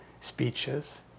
speeches